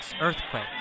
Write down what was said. earthquake